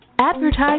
Advertise